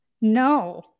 No